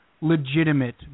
legitimate